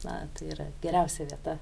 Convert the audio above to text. na tai yra geriausia vieta